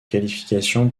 qualification